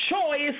choice